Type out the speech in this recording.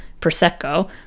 Prosecco